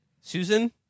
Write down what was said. Susan